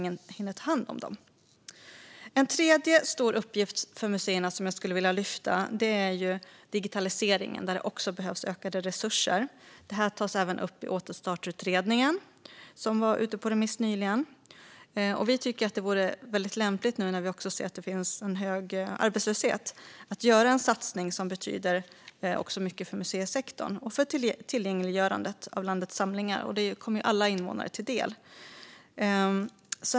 En annan stor uppgift för museerna är digitaliseringen, och här behövs också ökade resurser. Detta tas även upp i återstartsutredningen, som nyligen var ute på remiss. I en tid av hög arbetslöshet vore det lämpligt att göra en satsning som betyder mycket för museisektorn och för tillgängliggörandet av landets samlingar för alla invånare.